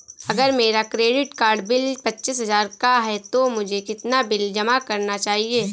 अगर मेरा credit card bill पच्चीस हजार का है तो मुझे कितना बिल जमा करना चाहिए?